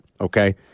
Okay